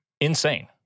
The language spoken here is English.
Insane